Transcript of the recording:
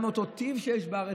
גם את אותו טיב שיש בארץ,